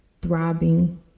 throbbing